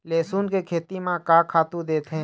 लेसुन के खेती म का खातू देथे?